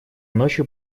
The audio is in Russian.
ночью